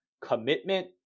commitment